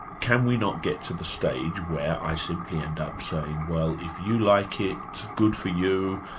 can we not get to the stage where i simply end up saying, well if you like it, good for you,